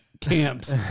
camps